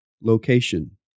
location